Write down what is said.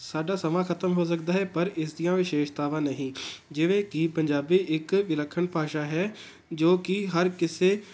ਸਾਡਾ ਸਮਾਂ ਖਤਮ ਹੋ ਸਕਦਾ ਹੈ ਪਰ ਇਸ ਦੀਆਂ ਵਿਸ਼ੇਸ਼ਤਾਵਾਂ ਨਹੀਂ ਜਿਵੇਂ ਕਿ ਪੰਜਾਬੀ ਇੱਕ ਵਿਲੱਖਣ ਭਾਸ਼ਾ ਹੈ ਜੋ ਕਿ ਹਰ ਕਿਸੇ